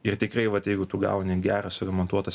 ir tikrai vat jeigu tu gauni geras suremontuotas